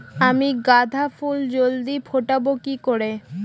আমি গাঁদা ফুল জলদি ফোটাবো কি করে?